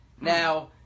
Now